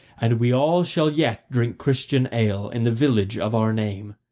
and we all shall yet drink christian ale in the village of our name.